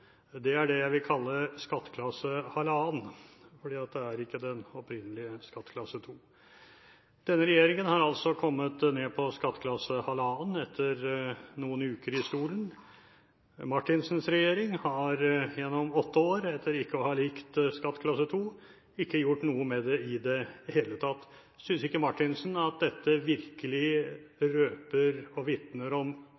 2, er det jeg vil kalle skatteklasse 1,5, for det er ikke den opprinnelige skatteklasse 2. Denne regjeringen har altså kommet ned på skatteklasse 1,5 etter noen uker i stolen. Marthinsens regjering har gjennom åtte år, etter ikke å ha likt skatteklasse 2, ikke gjort noe med det i det hele tatt. Synes ikke Marthinsen at dette